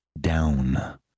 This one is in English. down